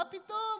מה פתאום?